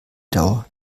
dauer